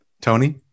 Tony